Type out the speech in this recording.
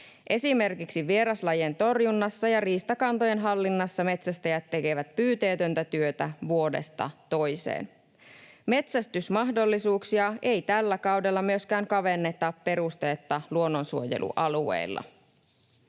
Esimerkiksi vieraslajien torjunnassa ja riistakantojen hallinnassa metsästäjät tekevät pyyteetöntä työtä vuodesta toiseen. Metsästysmahdollisuuksia ei tällä kaudella myöskään kavenneta perusteetta luonnonsuojelualueilla.